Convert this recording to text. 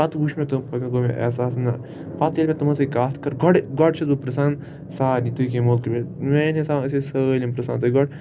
پَتہٕ وٕچھ مےٚ تٔم گوٚو مےٚ احساس نہ پتہٕ ییٚلہِ مےٚ تمَن سۭتۍ کَتھ کٔر گۄڈٕ گۄڈٕ چھُس بہٕ پرژھان سارنٕے تُہۍ کمہِ مُلکہٕ پٮ۪ٹھ میانہِ حِساب ٲسۍ سٲلِم پرژھان تُہۍ گۄڈٕ